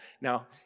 Now